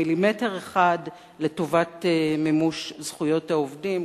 מילימטר אחד לטובת מימוש זכויות העובדים,